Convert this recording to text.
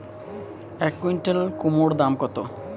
এক কুইন্টাল কুমোড় দাম কত?